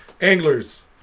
Anglers